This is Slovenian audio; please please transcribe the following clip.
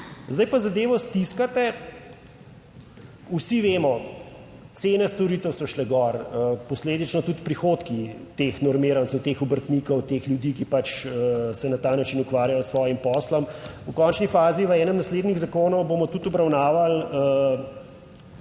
Zdaj pa zadevo stiskate. Vsi vemo, cene storitev so šle gor, posledično tudi prihodki teh normirancev, teh obrtnikov, teh ljudi, ki se na ta način ukvarjajo s svojim poslom. V končni fazi, v enem naslednjih zakonov bomo tudi obravnavali